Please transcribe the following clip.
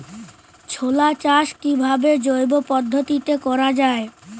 ছোলা চাষ কিভাবে জৈব পদ্ধতিতে করা যায়?